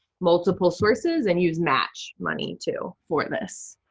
multiple sources and use match money, too, for this.